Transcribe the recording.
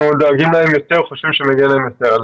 דואגים להם יותר או חושבים שמגיע להם יותר.